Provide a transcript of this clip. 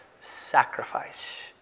sacrifice